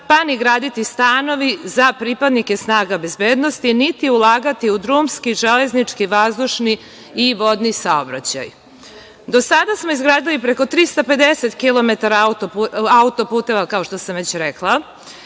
pa ni graditi stanovi za pripadnike snaga bezbednosti, niti ulagati u drumski, železnički, vazdušni i vodni saobraćaj. Do sada smo izgradili preko 350 km autoputa, kao što sam već rekla.